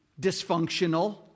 dysfunctional